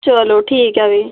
चलो ठीक ऐ फ्ही